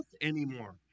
anymore